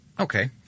Okay